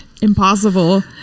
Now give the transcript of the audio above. impossible